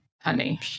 Honey